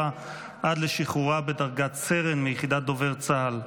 עד לשחרורה בדרגת סרן מיחידת דובר צה"ל.